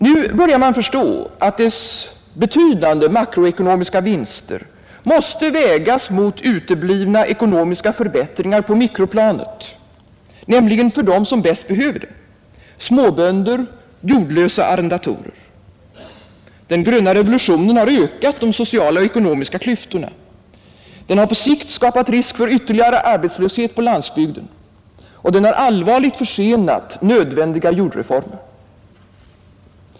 Nu börjar man förstå att dess betydande makroekonomiska vinster måste vägas mot uteblivna ekonomiska förbättringar på mikroplanet, nämligen för dem som bäst behöver dem, småbönder, jordlösa arrendatorer. Den gröna revolutionen har ökat de sociala och ekonomiska klyftorna, den har på sikt skapat risk för ytterligare arbetslöshet på landsbygden och allvarligt försenat nödvändiga jordreformer.